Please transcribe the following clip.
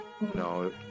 No